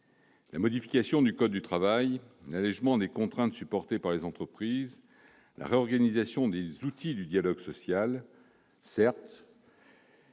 La modification du code du travail, l'allégement des contraintes supportées par les entreprises, la réorganisation des outils du dialogue social ne